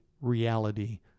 reality